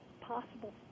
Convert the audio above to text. possible